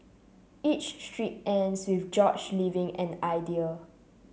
each strip ends with George leaving an idea